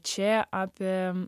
čia apie